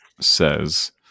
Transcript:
says